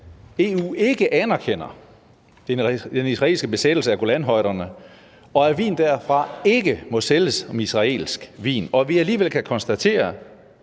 EU anerkender ikke den israelske besættelse af Golanhøjderne, og vin derfra må ikke sælges som israelsk vin, og alligevel kan vi konstatere